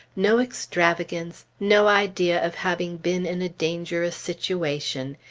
no extravagance, no idea of having been in a dangerous situation,